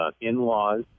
in-laws